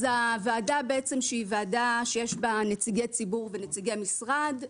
אז הוועדה בעצם היא ועדה שיש בה נציגי ציבור ונציגי משרד,